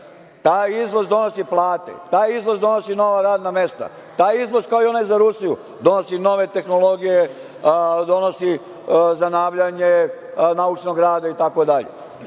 Taj izvoz donosi plate, taj izvoz donosi nova radna mesta. Taj izvoz kao i onaj za Rusiju odnosi nove tehnologije, donosi zanavljanje naučnog rada itd. To